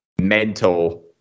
mental